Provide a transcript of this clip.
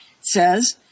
says